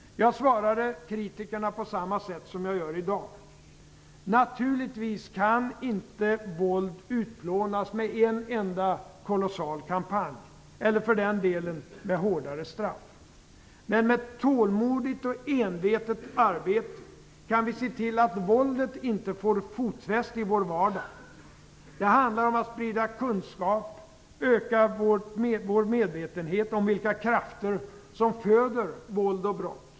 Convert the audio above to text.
Jag svarade kritikerna på samma sätt som jag gör i dag. Naturligtvis kan inte våld utplånas med en enda kolossal kampanj - eller för den delen med hårdare straff. Men med tålmodigt och envetet arbete kan vi se till att våldet inte får fotfäste i vår vardag. Det handlar om att sprida kunskap och öka vår medvetenhet om vilka krafter som föder våld och brott.